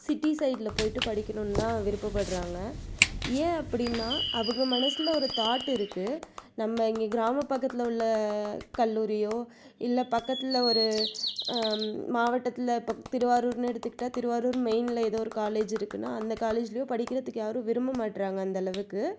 city சைடில் போயிவிட்டு படிக்கணும்னு தான் விருப்பப்படுறாங்க ஏன் அப்படினா அவங்க மனசில் ஒரு தாட் இருக்கு நம்ம இங்கே கிராம பக்கத்தில் உள்ள கல்லூரியோ இல்லை பக்கத்தில் ஒரு மாவட்டத்தில் இப்போ திருவாரூர்ன்னு எடுத்துக்கிட்டால் திருவாரூர் மெயினில் ஏதோ ஒரு காலேஜ் இருக்குன்னா அந்த காலேஜுலையும் படிக்கிறதுக்கு யாரும் விரும்ப மாட்டுறாங்க அந்தளவுக்கு